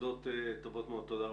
נקודות טובות מאוד, תודה רבה.